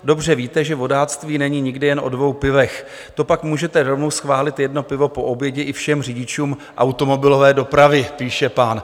Dobře víte, že vodáctví není nikdy jen o dvou pivech, to pak můžete rovnou schválit jedno pivo po obědě i všem řidičům automobilové dopravy, píše pán.